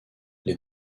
les